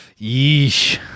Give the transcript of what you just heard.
Yeesh